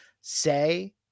say